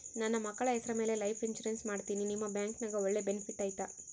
ನನ್ನ ಮಕ್ಕಳ ಹೆಸರ ಮ್ಯಾಲೆ ಲೈಫ್ ಇನ್ಸೂರೆನ್ಸ್ ಮಾಡತೇನಿ ನಿಮ್ಮ ಬ್ಯಾಂಕಿನ್ಯಾಗ ಒಳ್ಳೆ ಬೆನಿಫಿಟ್ ಐತಾ?